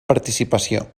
participació